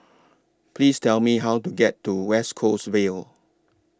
Please Tell Me How to get to West Coast Vale